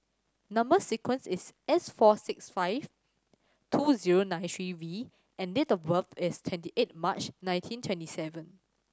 number sequence is S four six five two zero nine three V and date of birth is twenty eight March nineteen twenty seven